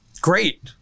great